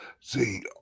See